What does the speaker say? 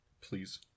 Please